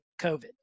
COVID